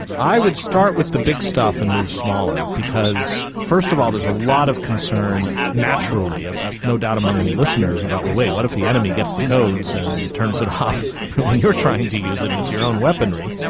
i would start with the big stuff and move smaller because first of all there's a lot of concern naturally, no doubt among many listeners, about, wait, what if the enemy gets the codes and turns it off when you are trying to use it and it's your own weaponry?